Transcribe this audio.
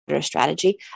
Strategy